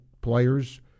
players